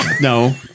no